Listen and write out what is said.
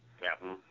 Captain